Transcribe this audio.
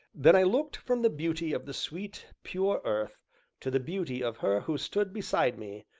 then i looked from the beauty of the sweet, pure earth to the beauty of her who stood beside me,